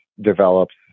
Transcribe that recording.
develops